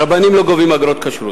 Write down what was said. רבנים לא גובים אגרת כשרות.